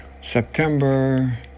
September